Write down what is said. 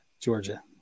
Georgia